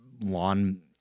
lawn